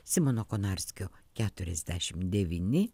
simono konarskio keturiasdešimt devyni